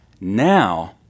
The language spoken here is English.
now